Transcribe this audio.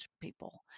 people